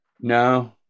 No